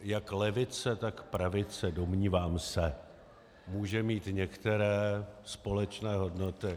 Jak levice, tak pravice, domnívám se, může mít některé společné hodnoty.